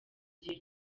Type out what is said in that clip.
gihe